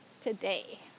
today